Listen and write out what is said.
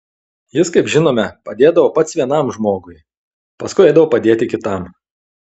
jis kaip žinome padėdavo pats vienam žmogui paskui eidavo padėti kitam